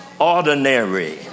ordinary